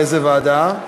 לאיזו ועדה?